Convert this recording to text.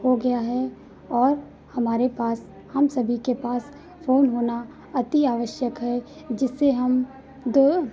हो गया है और हमारे पास हम सभी के पास फ़ोन होना अति आवश्यक है जिससे हम दो